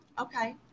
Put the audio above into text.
Okay